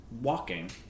walking